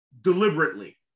deliberately